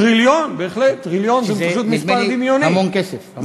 נדמה לי שזה המון כסף.